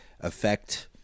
affect